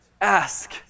ask